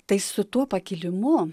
tai su tuo pakilimu